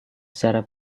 secara